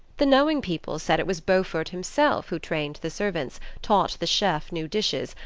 the knowing people said it was beaufort himself who trained the servants, taught the chef new dishes,